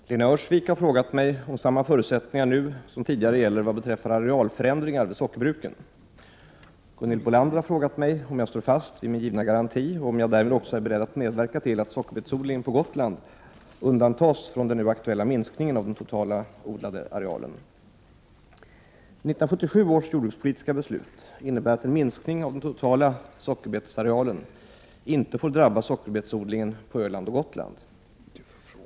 Fru talman! Lena Öhrsvik har frågat mig om samma förutsättningar nu som tidigare gäller vad beträffar arealförändringar vid sockerbruken. Gunhild Bolander har frågat mig om jag står fast vid min givna garanti, och om jag därmed också är beredd att medverka till att sockerbetsodlingen på Gotland undantas från den nu aktuella minskningen av den totala odlade arealen. 1977 års jordbrukspolitiska beslut innebär att en minskning av den totala sockerbetsarealen inte får drabba sockerbetsodlingen på Öland och Gotland.